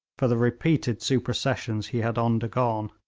for the repeated supersessions he had undergone.